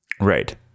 right